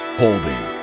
holding